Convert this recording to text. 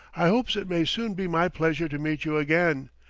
i opes it may soon be my pleasure to meet you again.